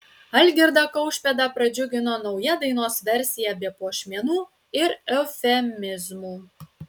algirdą kaušpėdą pradžiugino nauja dainos versija be puošmenų ir eufemizmų